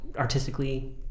Artistically